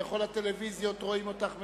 בכל הטלוויזיות רואים אותך מדברת,